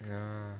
oh